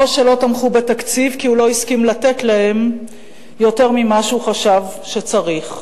שלא תמכו בתקציב כי הוא לא הסכים לתת להם יותר ממה שהוא חשב שצריך.